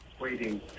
Waiting